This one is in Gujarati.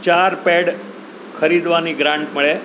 ચાર પેડ ખરીદવાની ગ્રાન્ટ મળે